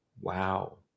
Wow